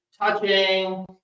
touching